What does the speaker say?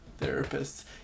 therapists